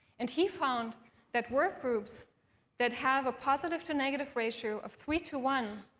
and he found that work groups that have a positive to negative ratio of three to one